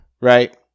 Right